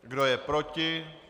Kdo je proti?